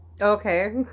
Okay